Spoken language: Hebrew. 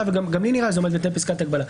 וגם לי נראה שזה עומד בתנאי פסקת ההגבלה,